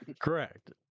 Correct